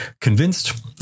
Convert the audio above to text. convinced